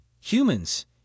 humans